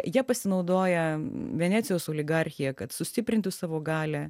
ja pasinaudoja venecijos oligarchija kad sustiprintų savo galią